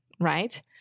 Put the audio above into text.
right